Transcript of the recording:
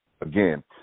Again